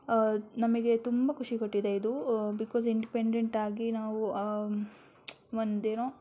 ನಮಗೆ ತುಂಬ ಖುಷಿ ಕೊಟ್ಟಿದೆ ಇದು ಬಿಕಾಸ್ ಇಂಡಿಪೆಂಡೆಂಟ್ ಆಗಿ ನಾವು ಒಂದು ಏನೋ